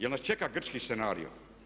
Jel' nas čeka grčki scenario?